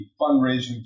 fundraising